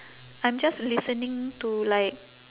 I'm just listening to like